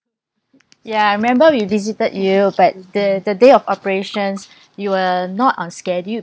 ya I remember we visited you but the the day of operations you were not on schedule